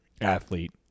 athlete